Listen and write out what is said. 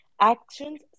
Actions